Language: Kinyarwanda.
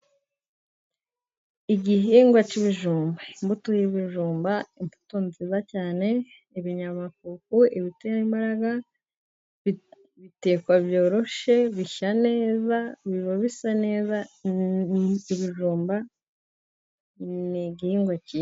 Igihingwa k'ibijumba, imbuto y'ibijumba imbuto nziza cyane , ibinyamafufu, ibitera imbaraga bitekwa byoroshye , bishya neza, biba bisa neza, ibijumba ni igihingwa kiza.